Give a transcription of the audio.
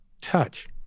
touch